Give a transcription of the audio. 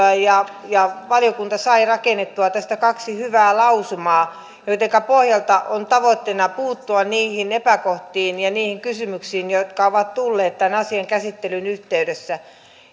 ja ja valiokunta saivat rakennettua tästä kaksi hyvää lausumaa joiden pohjalta on tavoitteena puuttua niihin epäkohtiin ja niihin kysymyksiin jotka ovat tulleet tämän asian käsittelyn yhteydessä